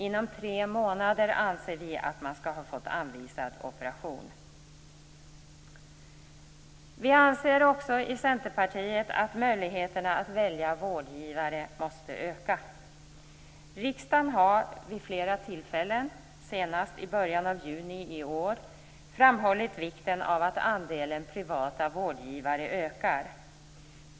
Inom tre månader, anser vi, skall man ha fått anvisad operation. Vi i Centerpartiet anser också att möjligheterna att välja vårdgivare måste öka. Riksdagen har vid flera tillfällen, senast i början av juni i år, framhållit vikten av att andelen privata vårdgivare ökar.